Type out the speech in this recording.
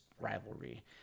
rivalry